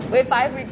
wait five weeks